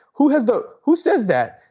who has the who says that?